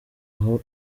aho